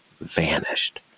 vanished